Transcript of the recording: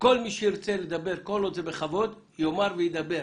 כל מי שירצה לדבר, כל עוד זה בכבוד, יאמר וידבר.